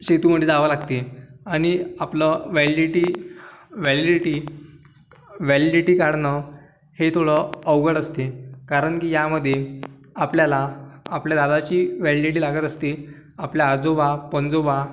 सेतूमध्ये जावे लागते आणि आपलं व्हॅलिडिटी व्हॅलिडिटी व्हॅलिडिटी काढणं हे थोडं अवघड असते कारण की यामध्ये आपल्याला आपल्या दादाची व्हॅलिडिटी लागत असते आपले आजोबा पणजोबा